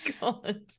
God